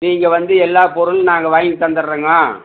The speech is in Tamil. நீங்கள் வந்து எல்லா பொருளும் நாங்கள் வாங்கி தந்துவிடுறங்க